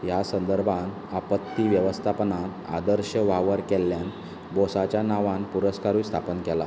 ह्या संदर्भान आपत्ती वेवस्थापनांत आदर्श वावर केल्ल्यान बोसाच्या नांवान पुरस्कारूय स्थापन केला